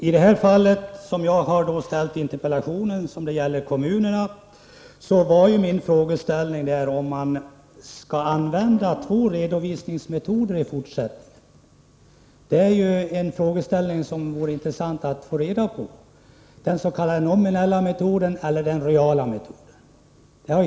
På det område som min interpellation rör - kommunerna —- är min frågeställning om man skall tillämpa två redovisningsmetoder i fortsättningen. Det är ju en fråga som det vore intressant att få svar på: Skall man använda den s.k. nominella metoden eller den reala metoden.